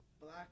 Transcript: Black